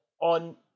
on